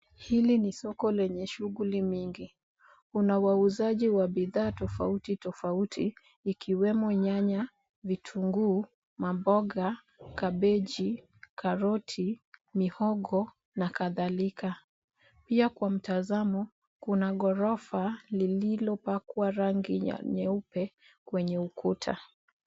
Hili ni soko lenye shughuli mingi. Kuna wauzaji wa bidhaa tofauti tofauti ikiwemo: nyanya, vitunguu, mamboga, kabeji, karoti, mihogo na kadhalika. Pia kwa mtazamo, kuna ghorofa lililopakwa rangi ya nyeupe kwenye ukuta.